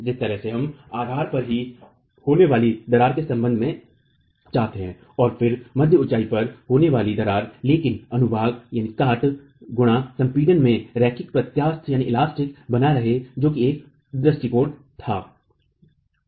जिस तरह से हम आधार पर होने वाली दरार के सन्दर्भ में चाहते है और फिर मध्य ऊंचाई पर होने वाली दरार लेकिन अनुभागकाट गुण संपीडन में रैिखक प्रत्यास्थ बना रहे जो कि एक दृष्टिकोण था